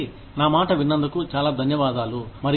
కాబట్టి నా మాట విన్నందుకు చాలా ధన్యవాదములు